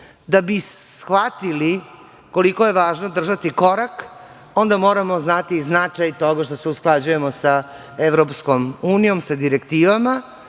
Da bi shvatili koliko je važno držati korak, onda moramo znati značaj toga što se usklađujemo sa EU, sa direktivama.